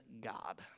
God